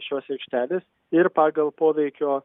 šios aikštelės ir pagal poveikio